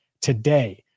today